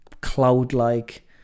cloud-like